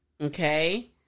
Okay